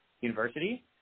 University